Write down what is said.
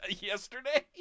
Yesterday